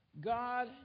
God